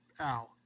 ow